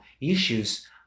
issues